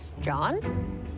John